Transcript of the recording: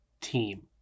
Team